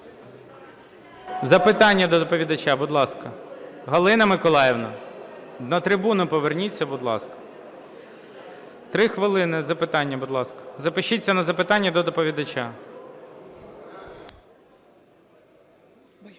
Запитання до доповідача. Будь ласка, Галина Миколаївна, на трибуну поверніться, будь ласка. Три хвилини запитання, будь ласка. Запишіться на запитання до доповідача.